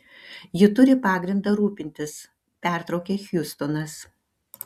ji turi pagrindą rūpintis pertraukė hjustonas